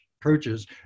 approaches